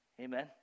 Amen